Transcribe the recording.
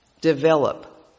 develop